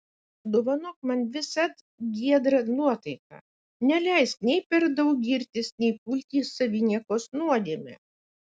dovanok man visad giedrą nuotaiką neleisk nei per daug girtis nei pulti į saviniekos nuodėmę